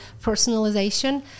personalization